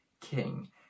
king